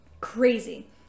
Crazy